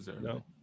No